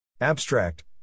Abstract